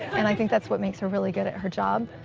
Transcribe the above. and i think that's what makes her really good at her job.